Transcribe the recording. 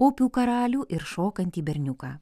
upių karalių ir šokantį berniuką